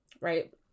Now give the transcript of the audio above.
right